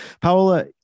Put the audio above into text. Paola